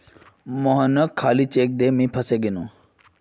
मोहनके खाली चेक दे मुई फसे गेनू